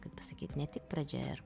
kaip pasakyt ne tik pradžia ir